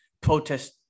protest